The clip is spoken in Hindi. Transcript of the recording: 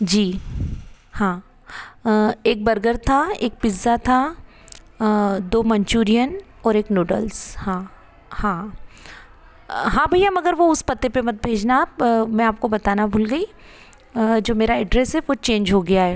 जी हाँ एक बर्गर था एक पिज़्ज़ा था दो मंचुरियन और एक नूडल्स हाँ हाँ हाँ भईया मगर वो उस पते पे मत भेजना आप मैं आपको बताना भूल गई जो मेरा एड्रेस है वो चेंज हो गया है